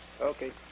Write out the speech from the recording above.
Okay